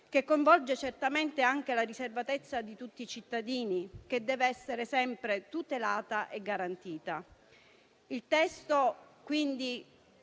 che coinvolge certamente anche la riservatezza di tutti i cittadini, che deve essere sempre tutelata e garantita.